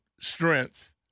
strength